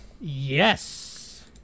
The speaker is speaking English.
Yes